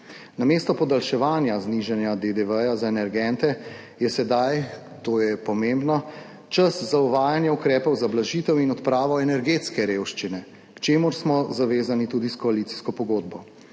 Namesto podaljševanja znižanja DDV za energente je sedaj, to je pomembno, čas za uvajanje ukrepov za blažitev in odpravo energetske revščine, k čemur smo zavezani tudi s koalicijsko pogodbo.